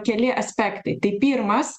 keli aspektai tai pirmas